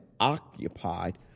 Occupied